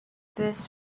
this